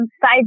side